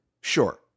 Sure